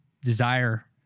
desire